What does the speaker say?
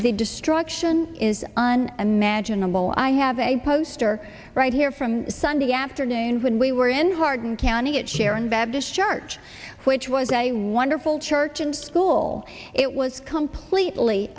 destruction is on imaginable i have a poster right here from sunday afternoon when we were in harden county at sharon baptist church which was a wonderful church and school it was completely